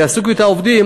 יעסיקו את העובדים,